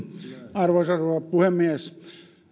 arvoisa rouva puhemies